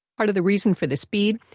part of the reason for the speed?